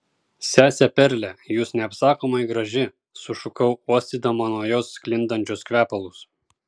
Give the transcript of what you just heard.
sese perle jūs neapsakomai graži sušukau uostydama nuo jos sklindančius kvepalus